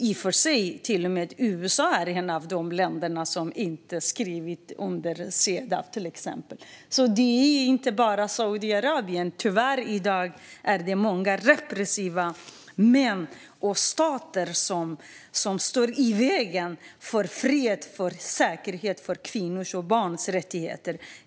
I och för sig är till och med USA ett av de länder som inte skrivit under Cedaw, till exempel, så det är inte bara Saudiarabien. Tyvärr är det i dag många repressiva män och stater som står i vägen för fred och säkerhet och kvinnors och barns rättigheter.